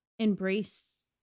embrace